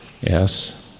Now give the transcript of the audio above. yes